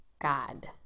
god